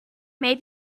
may